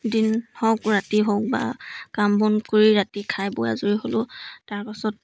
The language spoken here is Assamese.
দিন হওক ৰাতি হওক বা কাম বন কৰি ৰাতি খাই বৈ আজৰি হ'লো তাৰপাছত